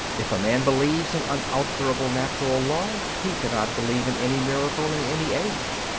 if a man believes in unalterable natural law, he cannot believe in any miracle in any age.